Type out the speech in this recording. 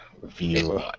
review